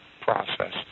process